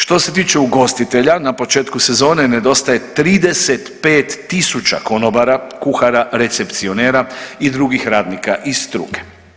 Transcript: Što se tiče ugostitelja, na početku sezone nedostaje 35.000 konobara, kuhara, recepcionera i drugih radnika iz struke.